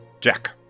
Jack